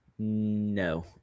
No